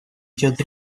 идет